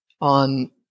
on